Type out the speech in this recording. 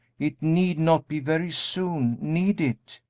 it need not be very soon, need it?